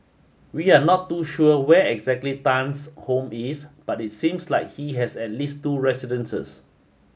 we are not too sure where exactly Tan's home is but it seems like he has at least two residences